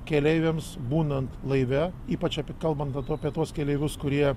keleiviams būnant laive ypač kalbant apie tuos keleivius kurie